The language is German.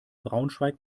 braunschweig